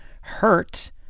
hurt